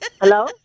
Hello